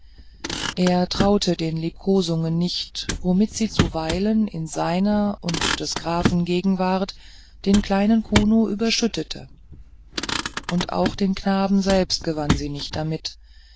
er traute den liebkosungen nicht womit sie zuweilen in seiner und des grafen gegenwart den kleinen kuno überschüttete und auch den knaben selbst gewann sie nicht damit